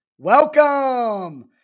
Welcome